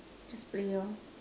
just play lor